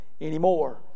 anymore